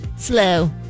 Slow